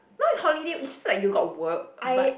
now is holiday is it like you got work but